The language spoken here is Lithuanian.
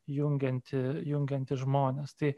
jungianti jungianti žmones tai